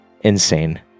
insane